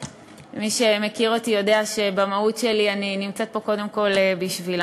מי שמכיר אותי יודע שבמהות שלי אני נמצאת פה קודם כול בשבילם.